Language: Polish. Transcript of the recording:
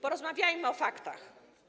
Porozmawiajmy o faktach.